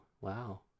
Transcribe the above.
wow